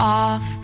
off